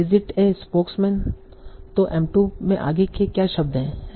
it is a spokesman तों M 2 में आगे के क्या शब्द है